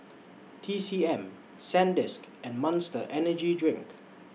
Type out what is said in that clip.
T C M Sandisk and Monster Energy Drink